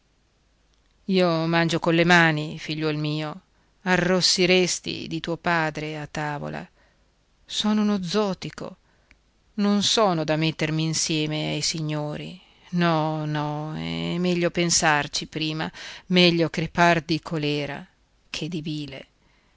io mangio colle mani figliuol mio arrossiresti di tuo padre a tavola sono uno zotico non sono da mettermi insieme ai signori no no è meglio pensarci prima meglio crepar di colèra che di bile